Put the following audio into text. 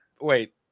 Wait